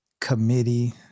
committee